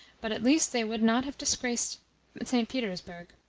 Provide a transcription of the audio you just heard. but at least they would not have disgraced st. petersburg.